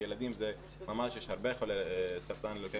ואצל ילדים יש הרבה עם לוקמיה,